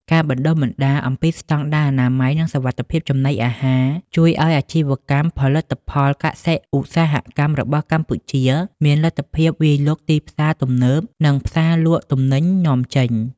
ការបណ្ដុះបណ្ដាលអំពីស្ដង់ដារអនាម័យ និងសុវត្ថិភាពចំណីអាហារ ជួយឱ្យអាជីវកម្មផលិតផលកសិ-ឧស្សាហកម្មរបស់កម្ពុជាមានលទ្ធភាពវាយលុកទីផ្សារទំនើប និងផ្សារលក់ទំនិញនាំចេញ។